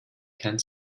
kein